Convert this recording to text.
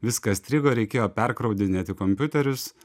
viskas strigo reikėjo perkraudinėti kompiuterius